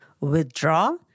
withdraw